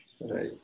right